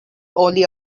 only